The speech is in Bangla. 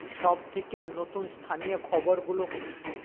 সব থেকে নতুন স্থানীয় খবরগুলো কী